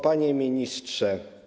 Panie Ministrze!